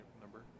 number